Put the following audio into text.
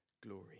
glory